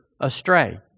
astray